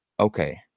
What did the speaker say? okay